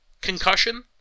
concussion